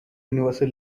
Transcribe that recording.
universal